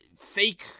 fake